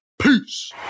Peace